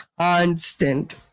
constant